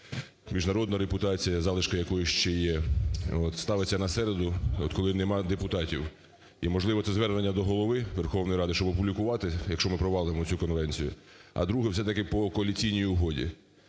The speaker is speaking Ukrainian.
міжнародна репутація, залишки якої ще є, ставиться на середу, коли нема депутатів. І можливо, це звернення до Голови Верховної Ради, щоб опублікувати, якщо ми провалимо цю конвенцію. А друге все-таки по коаліційній угоді.